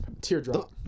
Teardrop